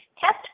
test